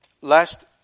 last